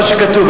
מה שכתוב.